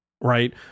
right